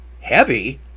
heavy